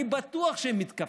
אני בטוח שהם מתכווצים,